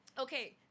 Okay